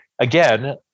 again